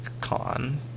Con